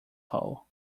hole